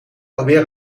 alweer